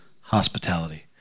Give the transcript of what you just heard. Hospitality